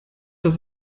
dass